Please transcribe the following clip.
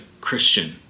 Christian